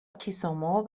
کیسومو